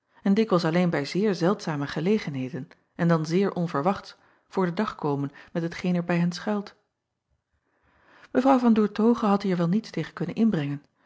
en dikwijls alleen bij zeer zeldzame gelegenheden en dan zeer onverwachts voor den dag komen met hetgeen er bij hen schuilt w an oertoghe had hier wel niets tegen kunnen inbrengen